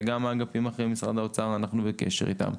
וגם האגפים האחרים במשרד האוצר אנחנו בקשר איתם,